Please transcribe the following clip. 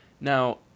Now